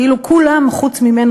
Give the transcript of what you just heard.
כאילו כולן חוץ ממנו,